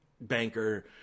banker